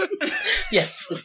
Yes